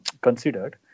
considered